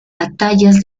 batallas